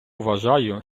вважаю